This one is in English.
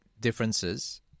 differences